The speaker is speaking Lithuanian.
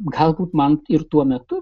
galbūt man ir tuo metu